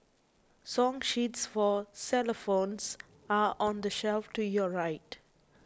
song sheets for xylophones are on the shelf to your right